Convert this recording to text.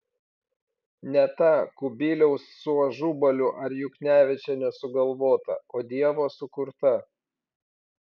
ne ta kubiliaus su ažubaliu ar juknevičiene sugalvota o dievo sukurta